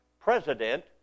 president